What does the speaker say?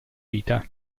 vita